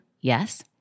Yes